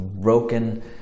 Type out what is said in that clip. broken